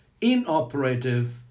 inoperative